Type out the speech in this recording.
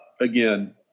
again